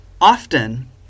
Often